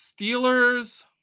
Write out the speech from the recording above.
Steelers